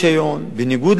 בניגוד לחוק,